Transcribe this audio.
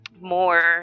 more